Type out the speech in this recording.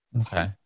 Okay